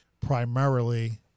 primarily